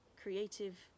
creative